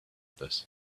this